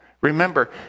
Remember